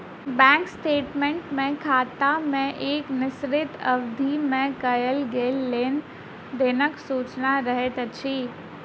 bank statement मे खाता मे एक निश्चित अवधि मे कयल गेल लेन देनक सूचना रहैत अछि